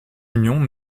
union